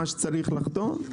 מה שצריך לחתום?